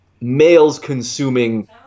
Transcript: males-consuming